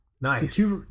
nice